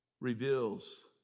reveals